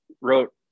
wrote